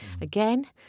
Again